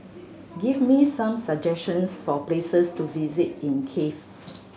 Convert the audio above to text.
give me some suggestions for places to visit in Kiev